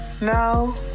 No